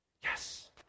Yes